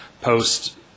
post